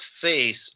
face